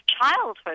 childhood